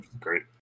great